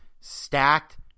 stacked